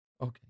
Okay